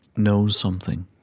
knows something,